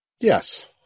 Yes